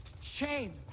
Shame